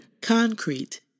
concrete